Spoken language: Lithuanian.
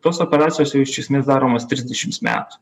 tos operacijos jau iš esmės daromos trisdešims metų